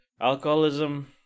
alcoholism